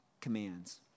commands